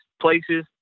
places